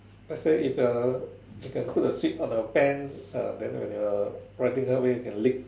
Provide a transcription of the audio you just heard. let say if you're you can put the sweet on the pen uh then when they were writing down then you can lick